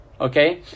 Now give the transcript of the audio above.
Okay